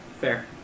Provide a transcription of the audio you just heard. Fair